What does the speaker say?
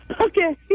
Okay